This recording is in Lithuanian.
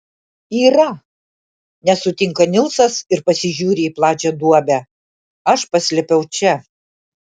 yra nesutinka nilsas ir pasižiūri į plačią duobę aš paslėpiau čia